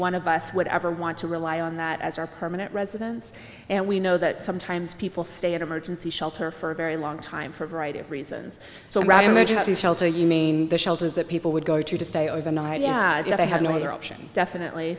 one of us would ever want to rely on that as our permanent residence and we know that sometimes people stay at emergency shelter for a very long time for a variety of reasons so raw emergency shelter you mean the shelters that people would go to to stay overnight yeah they have no other option definitely